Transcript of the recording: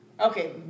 okay